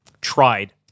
tried